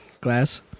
glass